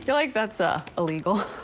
like that's a illegal.